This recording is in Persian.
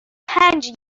پنج